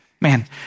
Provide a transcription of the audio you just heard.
man